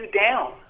down